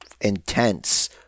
intense